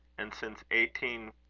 and since eighteen,